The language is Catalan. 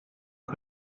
que